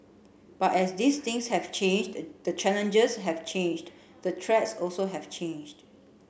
but as these things have changed the challenges have changed the threats also have changed